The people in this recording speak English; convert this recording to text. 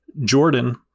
Jordan